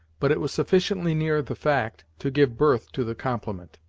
but it was sufficiently near the fact to give birth to the compliment.